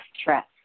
stress